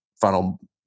final